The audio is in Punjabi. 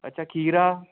ਅੱਛਾ ਖੀਰਾ